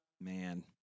Man